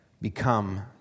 become